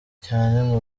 cyane